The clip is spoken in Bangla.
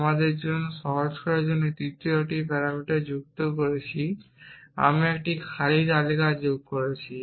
আমাদের জন্য সহজ করার জন্য আমরা একটি তৃতীয় প্যারামিটার যুক্ত করেছি আমরা একটি খালি তালিকা যোগ করেছি